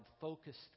focused